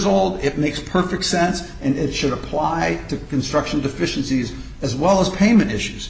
old it makes perfect sense and it should apply to construction deficiencies as well as payment issues